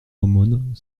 aumône